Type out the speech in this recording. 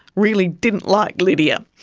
really didn't like lydia.